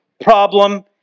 problem